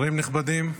נכבדים,